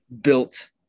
built